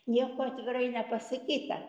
nieko atvirai nepasakyta